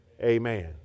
Amen